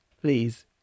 please